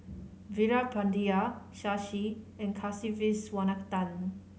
Veerapandiya Shashi and Kasiviswanathan